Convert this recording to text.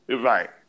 Right